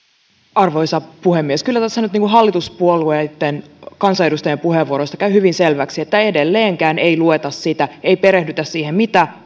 arvoisa puhemies kyllä tässä nyt niin kuin hallituspuolueitten kansanedustajien puheenvuoroista käy hyvin selväksi että edelleenkään ei lueta sitä ei perehdytä siihen mitä